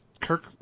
Kirk